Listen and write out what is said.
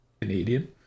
canadian